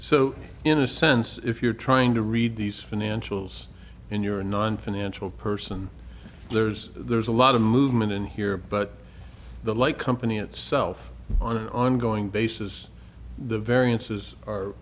so in a sense if you're trying to read these financials in your non financial person there's there's a lot of movement in here but the like company itself on an ongoing basis the variances are